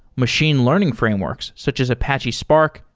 machine learning frameworks, such as apache spark,